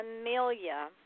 Amelia